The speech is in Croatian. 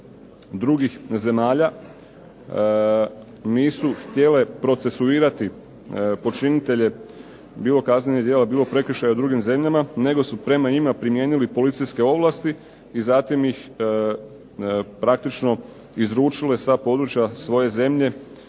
drugih zemalja nisu htjele procesuirati počinitelje bilo kaznenih djela bilo prekršaja u drugim zemljama, nego su prema njima primijenili policijske ovlasti i zatim ih praktično izručila sa područja svoje zemlje,